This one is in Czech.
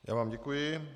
Já vám děkuji.